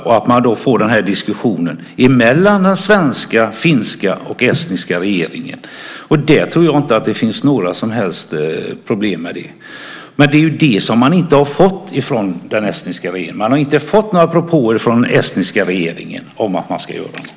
Då får man en diskussion mellan den svenska, den finska och den estniska regeringen. Det tror jag inte att det finns några som helst problem med. Men detta har man inte fått från den estniska regeringen. Man har inte fått några propåer från den om att man ska göra någonting.